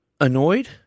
Annoyed